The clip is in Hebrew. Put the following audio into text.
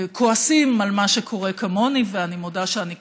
כועסים על מה שקורה, כמוני, ואני מודה שאני כועסת,